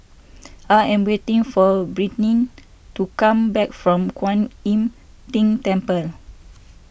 I am waiting for Brittni to come back from Kwan Im Tng Temple